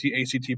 ACT